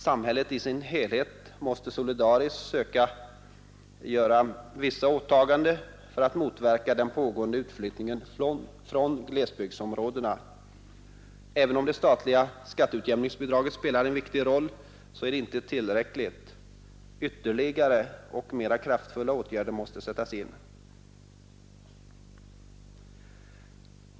Samhället i sin helhet måste solidariskt göra vissa åtaganden för att motverka den pågående utflyttningen från glesbygdsområdena. Även om det statliga skatteutjämningsbidraget spelar en viktig roll är det inte tillräckligt. Ytterligare och mera kraftfulla åtgärder måste sättas in.